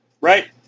Right